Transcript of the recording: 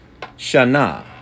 Shana